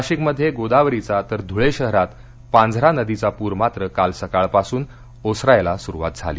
नाशिक मध्ये गोदावरीचा तर धळे शहरात पांझरा नदीचा पूर मात्र काल सकाळपासून ओसरायला सुरुवात झाली